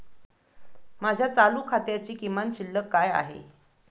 माझ्या चालू खात्याची किमान शिल्लक काय आहे?